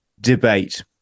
debate